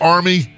Army